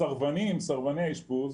הסרבנים סרבני אשפוז,